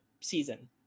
season